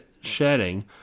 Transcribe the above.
shedding